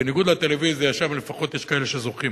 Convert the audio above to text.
בניגוד לטלוויזיה, שם לפחות יש כאלה שזוכים,